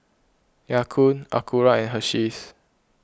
Ya Kun Acura and Hersheys